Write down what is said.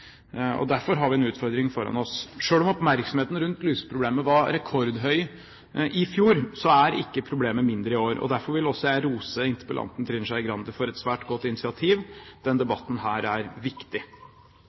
Derfor har vi en utfordring foran oss. Selv om oppmerksomheten rundt luseproblemet var rekordhøyt i fjor, er ikke problemet mindre i år. Derfor vil også jeg rose interpellanten Trine Skei Grande for et svært godt initiativ.